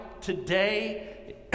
today